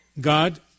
God